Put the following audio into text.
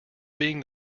being